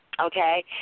Okay